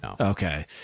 Okay